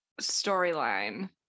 storyline